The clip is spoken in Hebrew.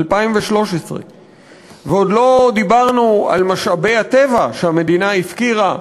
2013. ועוד לא דיברנו על משאבי הטבע שהמדינה הפקיעה,